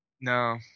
No